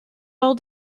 all